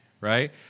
right